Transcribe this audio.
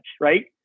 right